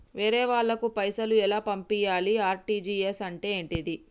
వేరే వాళ్ళకు పైసలు ఎలా పంపియ్యాలి? ఆర్.టి.జి.ఎస్ అంటే ఏంటిది?